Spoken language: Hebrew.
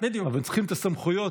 אבל צריכים את הסמכויות,